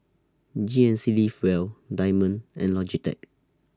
G N C Live Well Diamond and Logitech